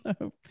No